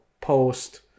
post